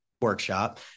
workshop